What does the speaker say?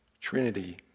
Trinity